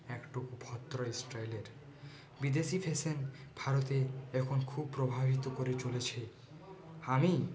একটু ভদ্র স্টাইলের বিদেশি ফ্যাশান ভারতে এখন খুব প্রভাবিত করে চলেছে আমি